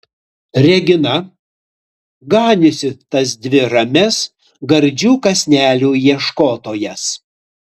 regina ganiusi tas dvi ramias gardžių kąsnelių ieškotojas